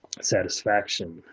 satisfaction